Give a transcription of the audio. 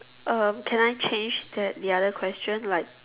uh can I change that the other question like